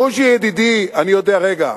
בוז'י ידידי, אני יודע, רגע.